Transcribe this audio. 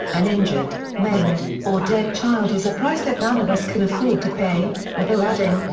an injured, maimed, or dead child is a price that none of us can afford to pay, although adding,